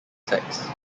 sex